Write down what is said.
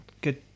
good